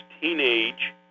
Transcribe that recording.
teenage